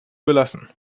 belassen